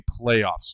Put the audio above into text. playoffs